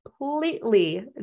completely